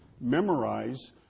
Memorize